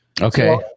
okay